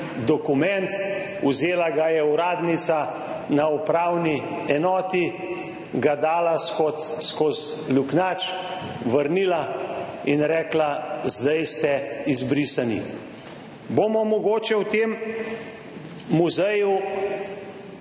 Vzela ga je uradnica na upravni enoti, ga dala skozi luknjač, vrnila in rekla, zdaj ste izbrisani. Bomo mogoče v tem muzeju